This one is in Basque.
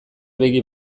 begi